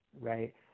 right